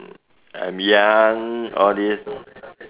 mm I'm young all this